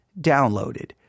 downloaded